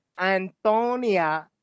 Antonia